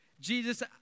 Jesus